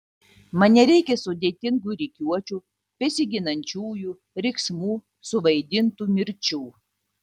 man nereikia sudėtingų rikiuočių besiginančiųjų riksmų suvaidintų mirčių